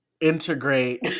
integrate